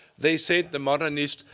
they said the modernist,